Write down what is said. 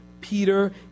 Peter